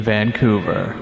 Vancouver